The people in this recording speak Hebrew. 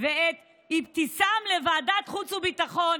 ואת אבתיסאם, לוועדת חוץ וביטחון.